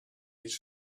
his